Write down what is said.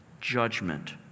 judgment